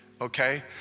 okay